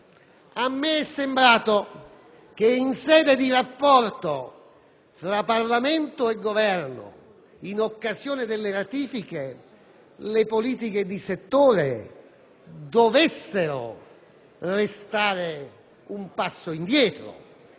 mi è sembrato che in sede di rapporto tra Parlamento e Governo in occasione delle ratifiche le politiche di settore dovessero restare un passo indietro.